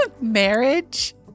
Marriage